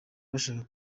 bashaka